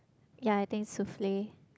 ya I think souffle